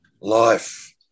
life